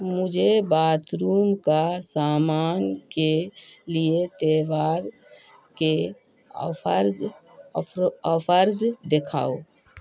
مجھے bathroom کا سامان کے لیے تہوار کے آفرز آفرز دکھاؤ